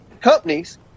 companies